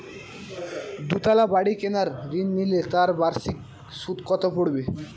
দুতলা বাড়ী কেনার ঋণ নিলে তার বার্ষিক সুদ কত পড়বে?